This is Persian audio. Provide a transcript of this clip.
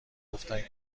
گفتند